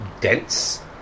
dense